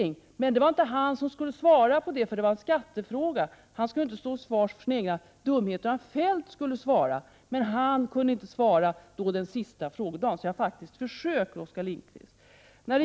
Jag fick dock beskedet att det inte var han som skulle besvara interpellationen, eftersom den gällde en skattefråga. Han skulle alltså inte stå till svars för sina egna dumheter, utan det var Feldt som skulle besvara interpellationen. Feldt kunde i sin tur inte lämna något svar vid den sista frågestunden. Jag har alltså faktiskt försökt, Oskar Lindkvist.